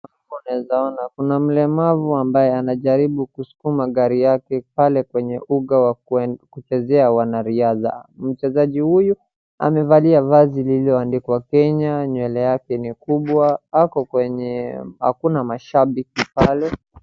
Mbele yangu naweza ona kuna mlemavu ambaye anajaribu kuskuma gari yake pale kwenye uga wa kuchezea wanariadha. Mchezaji huyu amevalia vazi lililo andikwa kenya, nywele yake ni kubwa ako kwenye hakuna mashabiki pale.